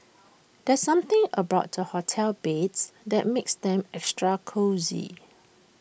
there's something about hotel beds that makes them extra cosy